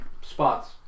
spots